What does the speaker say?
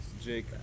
Jake